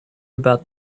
about